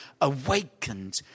awakened